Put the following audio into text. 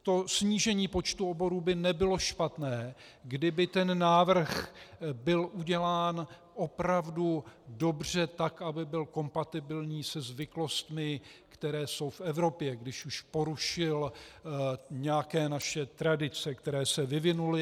To snížení počtu oborů by nebylo špatné, kdyby byl návrh udělán opravdu dobře, tak aby byl kompatibilní se zvyklostmi, které jsou v Evropě, když už porušil nějaké naše tradice, které se vyvinuly.